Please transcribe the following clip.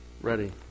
Ready